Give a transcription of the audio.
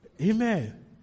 Amen